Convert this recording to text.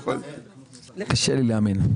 קשה לי להאמין.